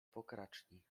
pokraczni